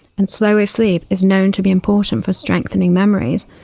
and slow wave sleep is known to be important for strengthening memories.